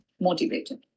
motivated